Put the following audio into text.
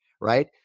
right